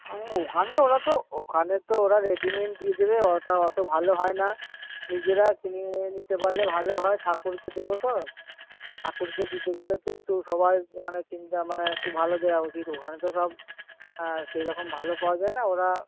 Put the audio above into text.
ওখানে ওরা তো ওখানে তো ওরা রেডিমেড দিয়ে দেবে ওটা অত ভালো হয় না নিজেরা কিনে নিতে পারলে ভালো হয় ঠাকুরকে দেব তো ঠাকুরকে দিতে গেলে তো একটু সবাই মানে কিনবে মানে একটু ভালো দেওয়া উচিত ওখানে তো সব সেইরকম ভালো পাওয়া যায় না ওরা